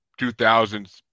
2000s